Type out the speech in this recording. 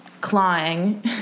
clawing